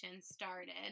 started